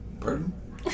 pardon